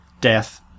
Death